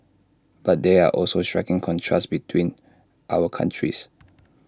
but there are also striking contrasts between our countries